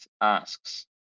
asks